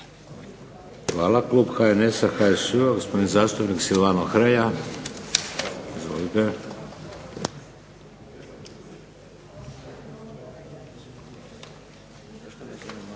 Hvala. Klub HNS-a, HSU-a gospodin zastupnik Silvano Hrelja. Izvolite.